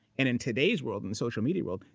and in today's world, in the social media world,